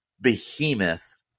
behemoth